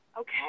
okay